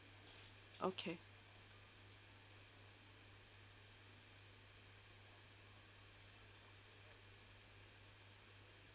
okay